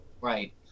Right